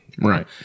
Right